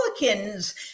Republicans